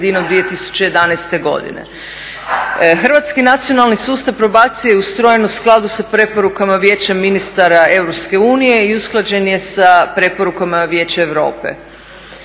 Hrvatski nacionalni sustav probacije ustrojen je u skladu s preporukama Vijeća ministara Europske unije i usklađen je sa preporukom Vijeća Europe.